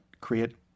create